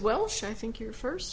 welch i think your first